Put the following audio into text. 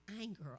anger